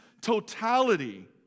totality